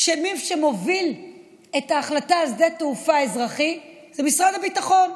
כשמי שמוביל את ההחלטה על שדה תעופה אזרחי זה משרד הביטחון.